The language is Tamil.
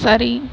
சரி